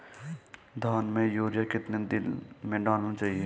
धान में यूरिया कितने दिन में डालना चाहिए?